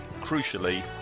crucially